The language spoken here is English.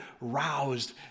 roused